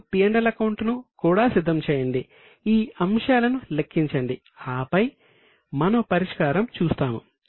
మీరు P L account ను కూడా సిద్ధం చేయండి ఈ అంశాలను లెక్కించండి ఆపై మనము పరిష్కారం చూస్తాము